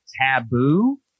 Taboo